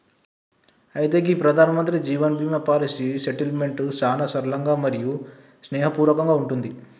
అయితే గీ Pradhan Mantri Jeevan Jyoti Bima policy settlement సానా సరళంగా మరియు స్నేహపూర్వకంగా ఉంటుంది